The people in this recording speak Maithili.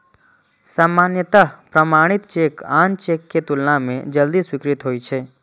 सामान्यतः प्रमाणित चेक आन चेक के तुलना मे जल्दी स्वीकृत होइ छै